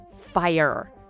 fire